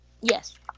Yes